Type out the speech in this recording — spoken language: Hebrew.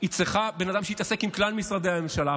צריכה אדם שיתעסק עם כלל משרדי הממשלה.